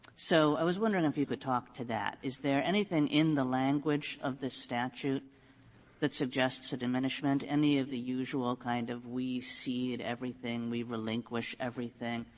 so i was wondering if you could talk to that. is there anything in the language of this statute that suggests a diminishment? any of the usual kind of we cede everything, we relinquish everything?